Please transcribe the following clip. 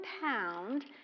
pound